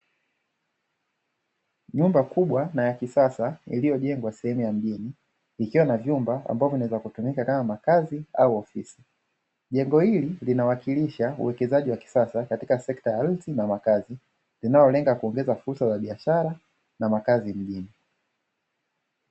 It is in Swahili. Nyumba kubwa na ya kisasa iliyojengwa sehemu ya mjini, ikiwa na vyumba vinavyotumika kama makazi au ofisi. Jengo hili linawakilisha uwekezaji wa kisasa katika sekta ya ardhi na makazi, linalolenga kuongeza fursa za biashara na makazi mjini.